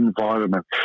environment